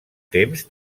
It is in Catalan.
temps